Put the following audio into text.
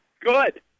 good